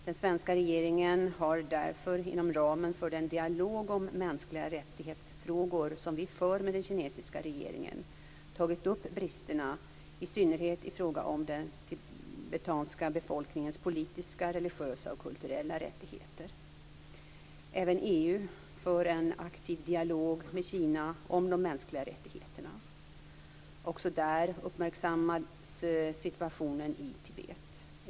Den svenska regeringen har därför inom ramen för den dialog om mänskliga rättigheter som vi för med den kinesiska regeringen tagit upp bristerna i synnerhet i fråga om den tibetanska befolkningens politiska, religiösa och kulturella rättigheter. Även EU för en aktiv dialog med Kina om de mänskliga rättigheterna. Också där uppmärksammas situationen i Tibet.